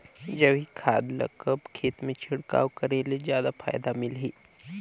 जैविक खाद ल कब खेत मे छिड़काव करे ले जादा फायदा मिलही?